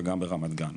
וגם ברמת-גן,